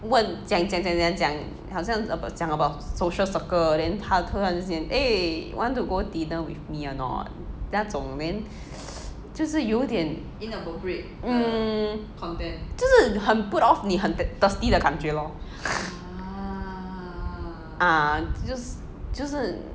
问讲讲讲讲讲好像 about 讲 about social circle then 他突然之间 eh want to go dinner with me or not 那种 then 就是有点 mm 就是很 put off 你很 thirsty 的感觉 lor ah 就就是